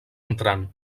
entrant